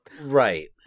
Right